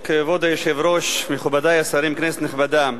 כבוד היושב-ראש, מכובדי השרים, כנסת נכבדה,